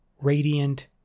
Radiant